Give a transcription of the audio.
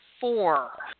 four